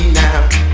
now